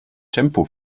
tempo